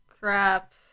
Crap